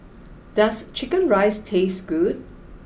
does chicken rice taste good